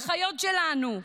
האחיות שלנו.